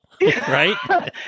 Right